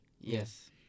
Yes